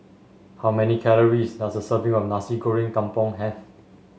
how many calories does a serving of Nasi Goreng Kampung have